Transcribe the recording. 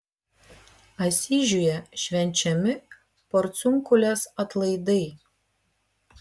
asyžiuje švenčiami porciunkulės atlaidai